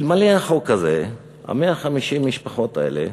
אלמלא החוק הזה, 150 המשפחות האלה,